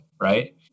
right